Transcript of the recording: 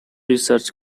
research